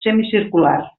semicircular